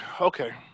Okay